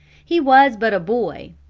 he was but a boy,